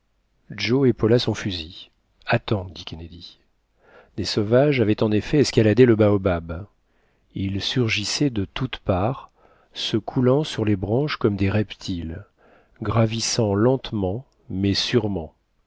joe épaula son fusil attends dit kennedy des sauvages avaient en effet escaladé le baobab ils surgissaient de toutes parts se coulant sur les branches comme des reptiles gravissant lentement mais sûrement